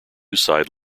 side